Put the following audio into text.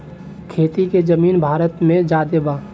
खेती के जमीन भारत मे ज्यादे बा